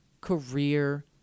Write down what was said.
career